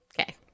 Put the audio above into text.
Okay